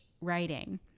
writing